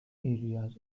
areas